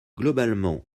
globalement